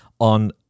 on